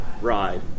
ride